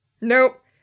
nope